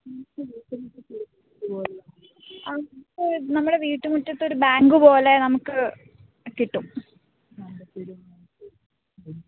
നമ്മുടെ വീട്ട് മുറ്റത്തൊരു ബാങ്ക് പോലെ നമുക്ക് കിട്ടും